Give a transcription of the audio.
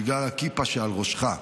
בגלל הכיפה שעל ראשך.